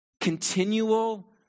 Continual